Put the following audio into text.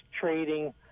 trading